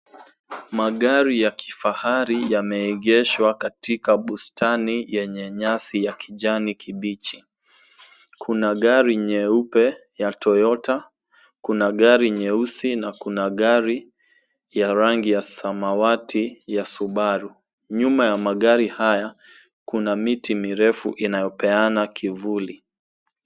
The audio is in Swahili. Magari ya kifahari yameegeshwa katika bustani yenye nyasi ya kijani kibichi. Kuna gari nyeupe ya Toyota, kuna gari nyeusi na kuna gari ya rangi ya samawati ya Subaru. Nyuma ya magari haya, kuna miti mirefu inayopeana kivuli.